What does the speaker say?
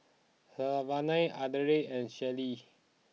Savanna Ardella and Sheryl